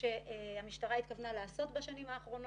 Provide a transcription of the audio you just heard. שהמשטרה התכוונה לבצע בשנים האחרונות.